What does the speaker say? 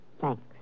Thanks